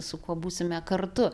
su kuo būsime kartu